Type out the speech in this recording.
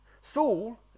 Saul